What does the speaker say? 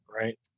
right